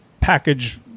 package